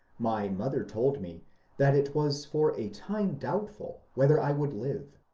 my mother told me that it was for a time doubtful whether i would live.